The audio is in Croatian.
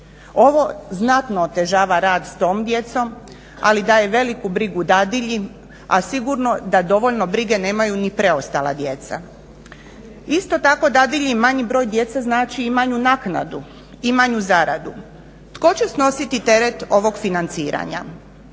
Ovo znatno otežava rad s tom djecom, ali daje veliku brigu dadilji, a sigurno da dovoljno brige nemaju ni preostala djeca. Isto tako, dadilji manji broj djece znači i manju naknadu i manju zaradu. Tko će snositi teret ovog financiranja?